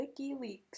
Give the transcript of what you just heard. WikiLeaks